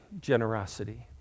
generosity